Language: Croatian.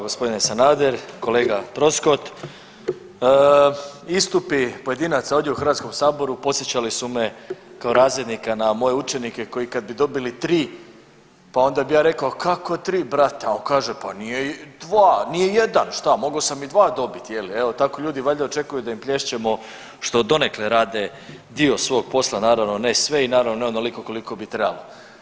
Gospodine Sanader, kolega Troskot, istupi pojedinaca ovdje u Hrvatskom saboru podsjećali su me kao razrednika na moje učenike koji kad bi dobili 3, pa onda bi ja rekao kako 3 brate, a on kaže pa nije 2, nije 1, šta mogao sam i 2 dobiti je li evo tako ljudi valjda očekuju da im plješćemo što donekle rade dio svog posla, naravno ne sve i naravno ne onoliko koliko bi trebalo.